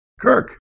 Kirk